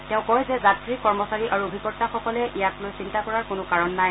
তেওঁ কয় যে যাত্ৰী কৰ্মচাৰী আৰু অভিকৰ্তাসকলে ইয়াক লৈ চিন্তা কৰাৰ কোনো কাৰণ নাই